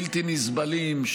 בלתי נסבלים,